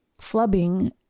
flubbing